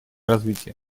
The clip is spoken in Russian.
развитие